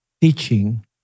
teaching